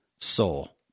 soul